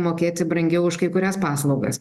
mokėti brangiau už kai kurias paslaugas